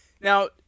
Now